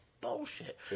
bullshit